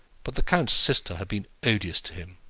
but the count's sister had been odious to him.